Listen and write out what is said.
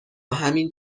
همین